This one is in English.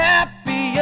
Happy